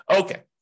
Okay